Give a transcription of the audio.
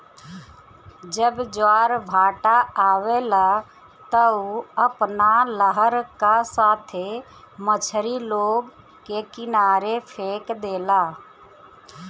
जब ज्वारभाटा आवेला त उ अपना लहर का साथे मछरी लोग के किनारे फेक देला